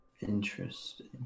Interesting